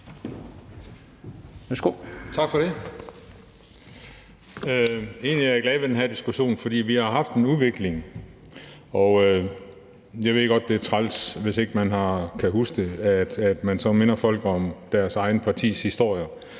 Tak for det.